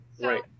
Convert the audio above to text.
Right